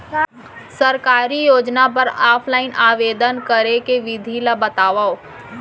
सरकारी योजना बर ऑफलाइन आवेदन करे के विधि ला बतावव